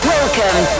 Welcome